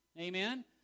amen